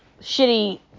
shitty